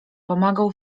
pomagał